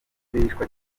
bicwa